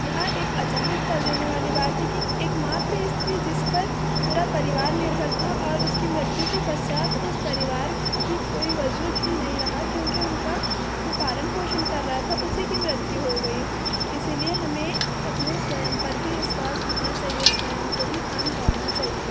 यह एक अचंभित कर देने वाली बात है कि एकमात्र स्त्री जिस पर पूरा परिवार निर्भर था और उसकी मृत्यु के पश्चात उस परिवार की कोई वजूद ही नहीं रहा क्योंकि उनका जो पालन पोषण कर रहा था उसी की मृत्यु हो गई इसीलिए हमें अपने स्वयं पर भी विश्वास होना चाहिए स्वयं को भी काम करना चाहिए